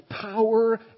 power